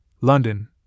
London